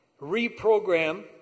Reprogram